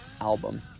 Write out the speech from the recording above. album